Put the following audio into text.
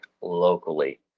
locally